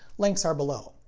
links are below.